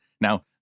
Now